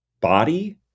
body